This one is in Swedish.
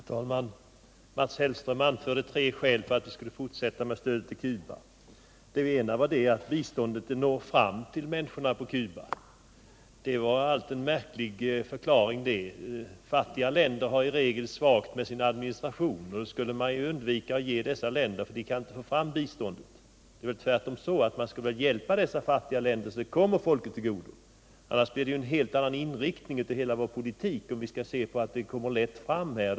Herr talman! Mats Hellström anförde tre skäl för att vi skulle fortsätta med stödet till Cuba. Ett skäl var att biståndet når fram bättre till människorna på Cuba. Det var en märklig förklaring! Fattiga länder har ju i regel också en svag administration, och med Mats Hellströms motivering skulle det innebära att man undvek att ge dessa länder bistånd, eftersom de inte kan förmedla det. Men det är väl tvärtom så att vi bör hjälpa sådana länder så att pengarna kommer folket till godo. Skall vi ta hänsyn till om pengarna lätt kan administreras, då får vi en helt annan inriktning på hela biståndspolitiken.